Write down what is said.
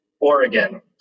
Oregon